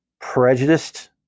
prejudiced